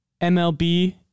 MLB